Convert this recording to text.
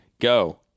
go